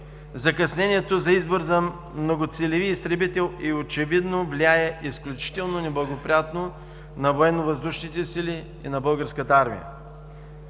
закъснението за избор на многоцелеви изтребител очевидно влияе изключително неблагоприятно на Военновъздушните сили и на Българската армия.